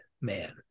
man